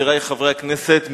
חברי חברי הכנסת,